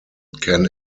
can